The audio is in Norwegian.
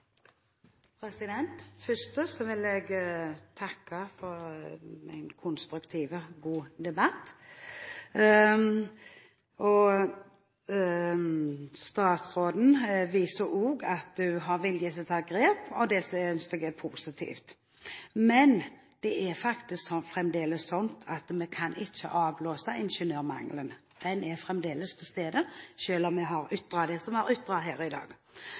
debatt. Statsråden viser også at hun har vilje til å ta grep, og det synes jeg er positivt. Men det er faktisk fremdeles slik at vi ikke kan avblåse ingeniørmangelen. Den er fremdeles til stede, selv om vi har ytret det vi har ytret her i dag.